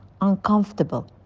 uncomfortable